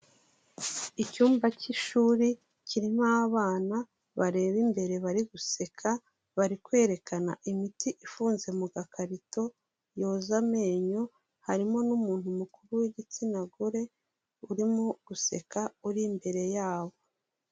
Icyumba k'ishuri kirimo abana bareba imbere bari guseka, bari kwerekana imiti ifunze mu gakarito yoza amenyo, harimo n'umuntu mukuru w'igitsina gore urimo guseka uri imbere yabo.